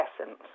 essence